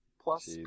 plus